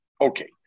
Okay